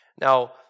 Now